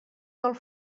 del